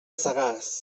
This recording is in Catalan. sagàs